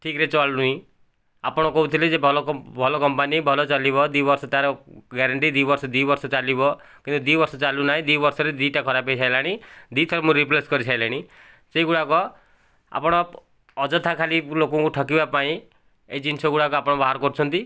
ଠିକରେ ଚାଲୁନି ଆପଣ କହୁଥିଲେ ଯେ ଭଲ ଭଲ କମ୍ପାନୀ ଭଲ ଚାଲିବ ଦୁଇ ବର୍ଷ ତାର ଗ୍ୟାରେଣ୍ଟି ଦୁଇ ବର୍ଷ ଦୁଇ ବର୍ଷ ଚାଲିବ କିନ୍ତୁ ଦୁଇ ବର୍ଷ ଚାଲୁନାହିଁ ଦୁଇ ବର୍ଷରେ ଦୁଇଟା ଖରାପ ହୋଇ ସାରିଲାଣି ଦୁଇ ଥର ମୁଁ ରିପ୍ଲେସ କରି ସାରିଲିଣି ସେଇଗୁଡ଼ାକ ଆପଣ ଅଯଥା ଖାଲି ଲୋକଙ୍କୁ ଠକିବା ପାଇଁ ଏଇ ଜିନିଷ ଗୁଡ଼ାକ ଆପଣ ବାହାର କରୁଛନ୍ତି